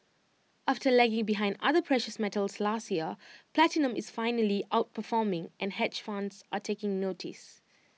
after lagging behind other precious metals last year platinum is finally outperforming and hedge funds are taking notice